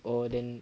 oh then